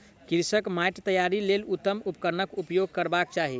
कृषकक माइट तैयारीक लेल उत्तम उपकरण केउपयोग करबाक चाही